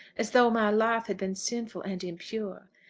as though my life had been sinful and impure.